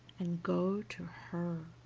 and go to her.